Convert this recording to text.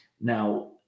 Now